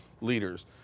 leaders